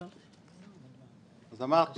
אז אמרתי